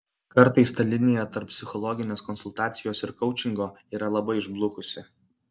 kartais ta linija tarp psichologinės konsultacijos ir koučingo yra labai išblukusi